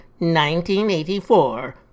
1984